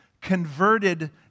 converted